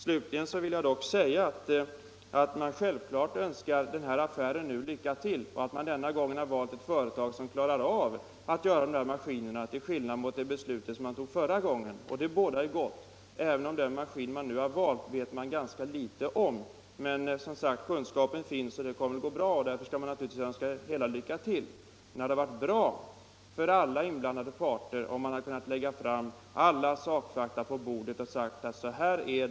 Självklart önskar man denna affär lycka till och hoppas att denna gång ett företag har valts som klarar av att göra dessa maskiner till skillnad mot vad som hände förra gången beslut fattades i denna fråga. Man vet ganska litet också om den maskintyp som nu har valts, men kunskapen hos leverantören finns som sagt, och det kommer nog att gå bra. Men det hade varit värdefullt för alla inblandade parter om alla fakta hade lagts på bordet.